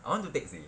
I want to take seh